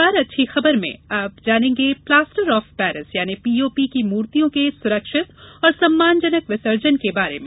इस बार अच्छी खबर में आप जानेंगे प्लास्टर ऑफ पेरिस पीओपी की मूर्तियों के सुरक्षित और सम्मानजनक विसर्जन के बारे में